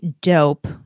dope